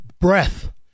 breath